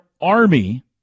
Army